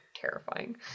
terrifying